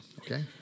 okay